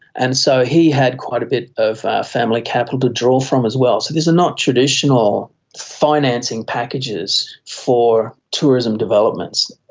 and so he had quite a bit of family capital to draw from as well. so these are not traditional financing packages for tourism developments.